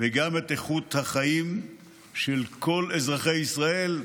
וגם את איכות החיים של כל אזרחי ישראל,